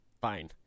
Fine